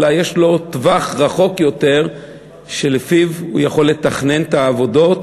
אלא יש לו טווח רחוק יותר שלפיו הוא יכול לתכנן את העבודות,